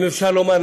אם אפשר לומר,